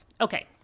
okay